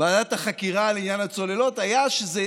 ועדת החקירה לעניין הצוללות היה שזו